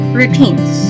routines